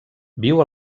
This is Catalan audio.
viu